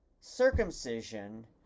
circumcision